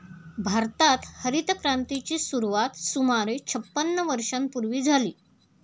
भारतात हरितक्रांतीची सुरुवात सुमारे छपन्न वर्षांपूर्वी झाली